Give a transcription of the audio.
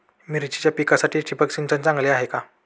मिरचीच्या पिकासाठी ठिबक सिंचन चांगले आहे का?